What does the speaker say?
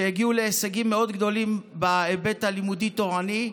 שהגיעו להישגים מאוד גדולים בהיבט הלימודי-תורני.